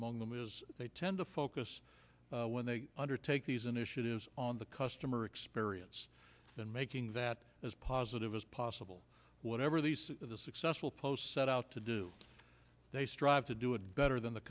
among them is they tend to focus when they undertake these initiatives on the customer experience and making that as positive as possible whatever these the successful post set out to do they strive to do it better than the